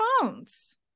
phones